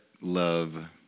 love